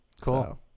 Cool